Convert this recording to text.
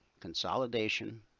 consolidation